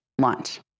launch